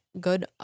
good